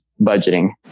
budgeting